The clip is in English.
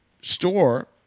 store